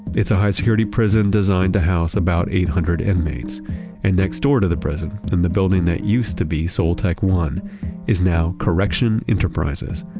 it's a high security prison designed to house about eight hundred inmates and next door to the prison, in the building that used to be soul tech one is now correction enterprises.